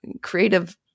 creative